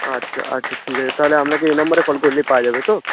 আচ্ছা আচ্ছা ঠিক আছে তাহলে আপনাকে এই নাম্বারে কল করলেই পাওয়া যাবে তো